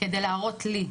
כדי להראות לי.